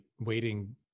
waiting